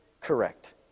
correct